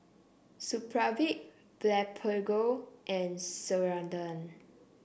Supravit Blephagel and Ceradan